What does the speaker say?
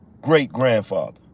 great-grandfather